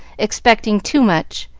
expecting too much,